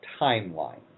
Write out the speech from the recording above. timeline